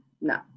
no